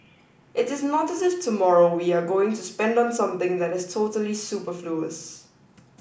it is not as if tomorrow we are going to spend on something that is totally superfluous